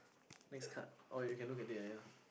next card oh you can look at it ah ya